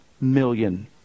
million